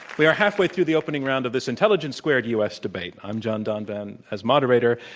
we are halfway through the opening round of this intelligence squared u. s. deb ate. i'm john donvan as moderator.